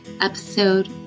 episode